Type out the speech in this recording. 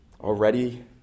already